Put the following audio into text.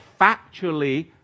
factually